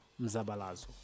Mzabalazo